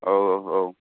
औ औ